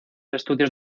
estudios